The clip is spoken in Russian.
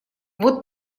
вот